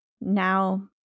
Now